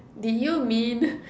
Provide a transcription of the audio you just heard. did you mean